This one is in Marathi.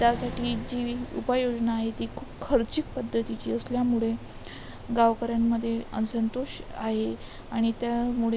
त्यासाठी जी उपाययोजना आहे ती खूप खर्चिक पद्धतीची असल्यामुळे गावकऱ्यांमध्ये असंतोष आहे आणि त्यामुळे